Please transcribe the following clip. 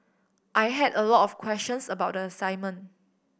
I had a lot of questions about the assignment